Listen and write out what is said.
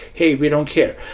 hey, we don't care.